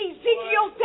Ezekiel